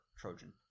Trojan